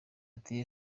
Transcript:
ati